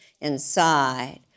inside